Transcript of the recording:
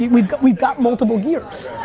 we've we've got multiple gears.